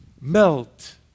melt